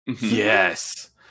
yes